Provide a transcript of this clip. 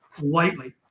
lightly